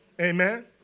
amen